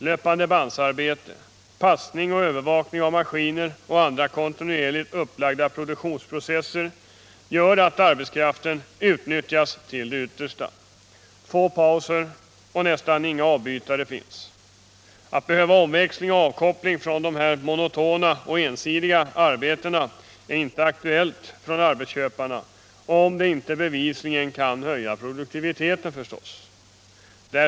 Löpandebandarbete, Nr 28 passning och övervakning av maskiner och andra kontinuerligt upplagda Onsdagen den produktionsprocesser gör att arbetskraften utnyttjas till det yttersta. Få 16 november 1977 pauser och nästan inga avbytare finns. Behovet av omväxling och avkoppling från dessa monotona och ensidiga arbeten är inte aktuellt för — Arbetsmiljölag, arbetsköparna, om det inte bevisligen kan höja produktiviteten förstås. — m.m.